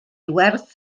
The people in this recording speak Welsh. werth